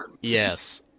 Yes